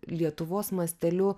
lietuvos masteliu